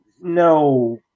no